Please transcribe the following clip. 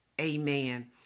amen